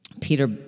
peter